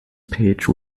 page